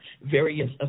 various